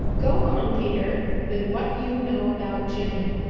go on, peter, with what you know about jimmy.